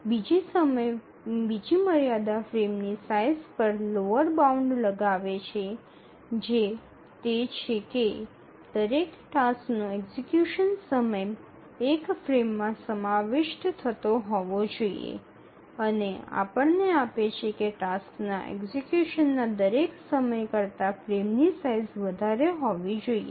બીજી મર્યાદા ફ્રેમની સાઇઝ પર લોઅર બાઉન્ડ લગાવે છે જે તે છે કે દરેક ટાસ્કનો એક્ઝિકયુશન સમય એક ફ્રેમમાં સમાવિષ્ટ થતો હોવો જોઈએ અને તે આપણને આપે છે કે ટાસ્કના એક્ઝિકયુશનના દરેક સમય કરતા ફ્રેમની સાઇઝ વધારે હોવી જોઈએ